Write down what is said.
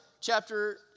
chapter